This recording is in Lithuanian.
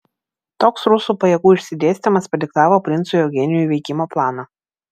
toks rusų pajėgų išsidėstymas padiktavo princui eugenijui veikimo planą